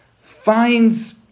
finds